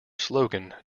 slogan